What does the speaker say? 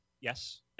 Yes